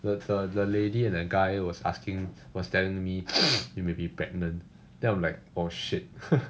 the the the lady and the guy was asking was telling me you may be pregnant then I'm like oh shit